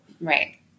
Right